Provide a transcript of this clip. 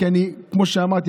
כמו שאמרתי,